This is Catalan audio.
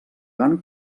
van